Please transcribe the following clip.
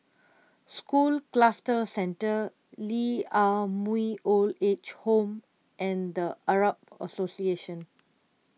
School Cluster Centre Lee Ah Mooi Old Age Home and the Arab Association